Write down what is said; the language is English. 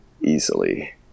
easily